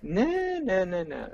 ne ne ne